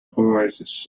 oasis